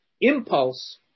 impulse